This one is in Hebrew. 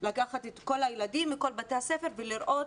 לקחת את כל הילדים מכל בתי הספר ולראות